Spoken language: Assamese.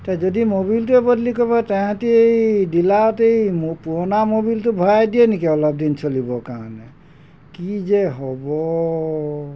যদি ম'বিলটোৱে বদলি ক'ব তেহেঁতি এই ডিলাৰতে পুৰণা ম'বিলটো ভৰাই দিয়ে নেকি অলপ দিন চলিবৰ কাৰণে কি যে হ'ব